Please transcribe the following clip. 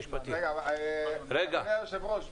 אדוני היושב-ראש,